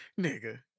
nigga